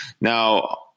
now